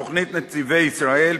תוכנית "נתיבי ישראל",